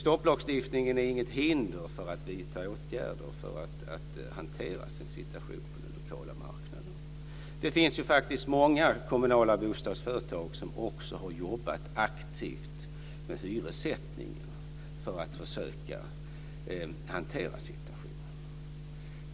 Stopplagstiftningen är alltså inget hinder för kommunerna att vidta åtgärder för att komma till rätta med situationen på den lokala marknaden. Det finns många kommunala bostadsföretag som har jobbat aktivt med hyressättningar för att försöka hantera problemen.